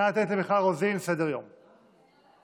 אדוני היושב-ראש, חברות וחברי הכנסת, חברי הממשלה,